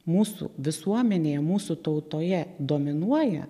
mūsų visuomenėje mūsų tautoje dominuoja